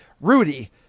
Rudy